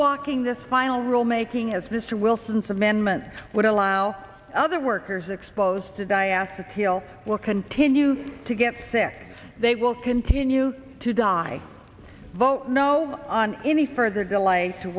walking this final rule making as mr wilson's amendment would allow other workers exposed to die asked to kill will continue to get sick they will continue to die vote no on any further del